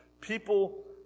people